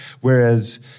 Whereas